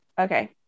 Okay